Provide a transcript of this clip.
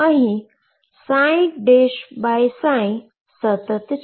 જ્યા સતત છે